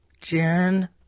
Jen